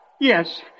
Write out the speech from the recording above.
Yes